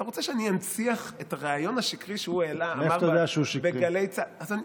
אתה רוצה שאני אנציח את הריאיון השקרי שהוא אמר בגלי צה"ל?